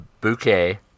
bouquet